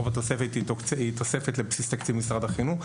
רוב התוספת היא תוספת לבסיס תקציב משרד החינוך.